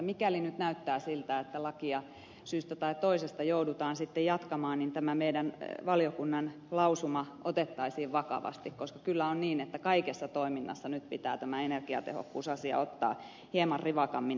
mikäli nyt näyttää siltä että lakia syystä tai toisesta joudutaan sitten jatkamaan niin toivon että tämä valiokunnan lausuma otettaisiin vakavasti koska kyllä on niin että kaikessa toiminnassa nyt pitää tämä energiatehokkuusasia ottaa hieman rivakammin esille